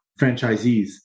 franchisees